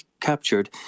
captured